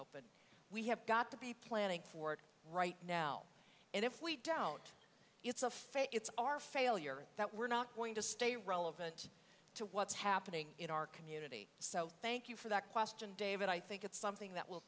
open we have got to be planning for it right now and if we doubt it's a fail it's our failure that we're not going to stay relevant to what's happening in our community so thank you for that question david i think it's something that will